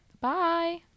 Bye